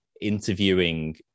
interviewing